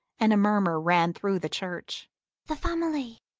and a murmur ran through the church the family!